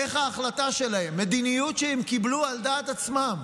איך ההחלטה שלו, מדיניות שהם קיבלו על דעת עצמם